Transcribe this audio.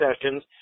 sessions